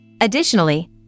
Additionally